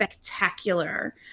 spectacular